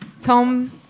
tom